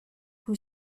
who